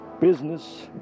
Business